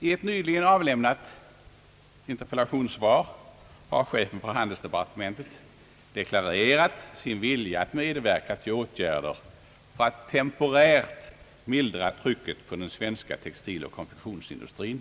I ett nyligen avlämnat interpellationssvar har chefen för handelsdepartementet deklarerat sin vilja att medverka till åtgärder för att temporärt mildra trycket på den svenska textiloch konfektionsindustrin.